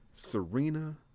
Serena